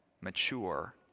mature